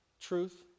Truth